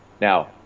Now